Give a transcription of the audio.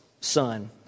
son